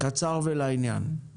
קצר ולעניין.